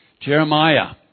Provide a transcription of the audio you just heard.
Jeremiah